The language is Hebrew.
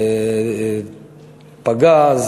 תיפגע,